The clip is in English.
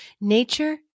Nature